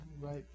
right